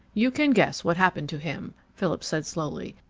you can guess what happened to him, philip said slowly.